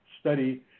study